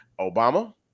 Obama